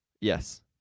Yes